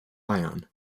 ion